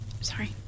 sorry